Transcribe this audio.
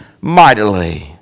mightily